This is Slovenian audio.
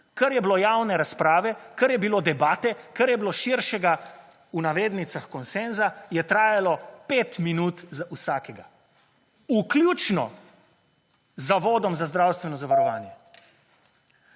kar je bilo javne razprave, kar je bilo debate, kar je bilo širšega v navednicah konsenza je trajalo 5 minut za vsakega vključno z Zavodom za zdravstveno zavarovanje.